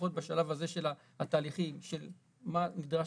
לפחות בשלב הזה של התהליכים של מה שנדרש